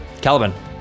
Caliban